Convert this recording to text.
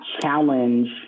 challenge